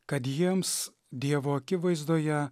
kad jiems dievo akivaizdoje